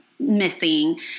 missing